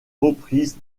reprises